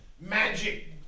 magic